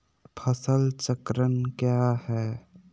फसल चक्रण क्या है?